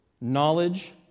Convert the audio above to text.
knowledge